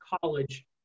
college